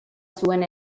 zuen